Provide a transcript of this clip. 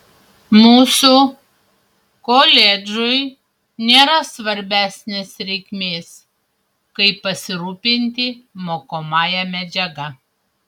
mūsų koledžui nėra svarbesnės reikmės kaip pasirūpinti mokomąja medžiaga